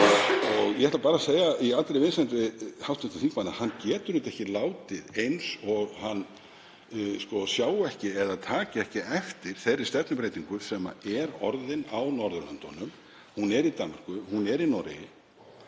Ég ætla bara að segja í allri vinsemd við hv. þingmann að hann getur ekki látið eins og hann sjái ekki eða taki ekki eftir þeirri stefnubreytingu sem orðin er á Norðurlöndunum. Hún er í Danmörku, hún er í Noregi